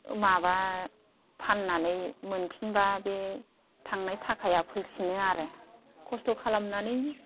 माबा फाननानै मोनफिनबा बे थांनाय थाखाया फैफिनो आरो खस्थ' खालामनानै